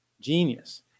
Genius